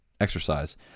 exercise